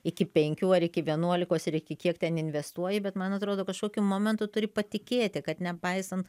iki penkių ar iki vienuolikos ar iki kiek ten investuoji bet man atrodo kažkokiu momentu turi patikėti kad nepaisant